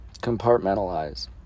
compartmentalize